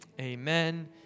amen